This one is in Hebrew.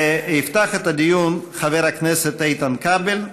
יפתח את הדיון חבר הכנסת איתן כבל,